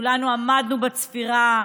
וכולנו עמדנו בצפירה,